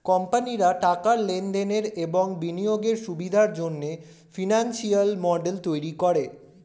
কোম্পানিরা টাকার লেনদেনের এবং বিনিয়োগের সুবিধার জন্যে ফিনান্সিয়াল মডেল তৈরী করে